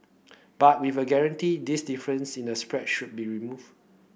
but with a guarantee this difference in the spread should be removed